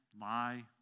lie